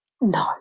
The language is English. No